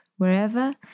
wherever